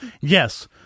Yes